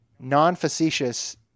non-facetious